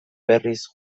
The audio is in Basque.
berriz